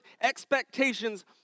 expectations